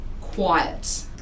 quiet